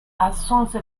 assunse